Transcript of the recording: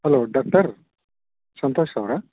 hello doctor Santosh ಅವರ